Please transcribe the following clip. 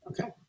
okay